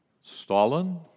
Stalin